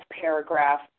paragraph